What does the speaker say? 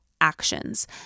actions